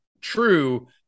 true